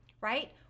right